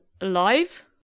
alive